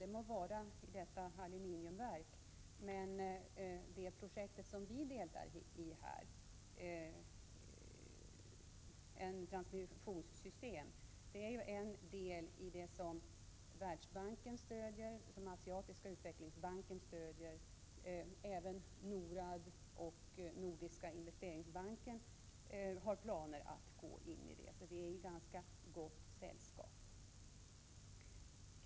Det må vara så i detta aluminiumverk, men det projekt som vi deltar i här, ett transmissionssystem, är en del i det som Asiatiska utvecklingsbanken stöder och som även NORAD och Nordiska investeringsbanken har planer att gå in i. Vi är således i ganska gott sällskap.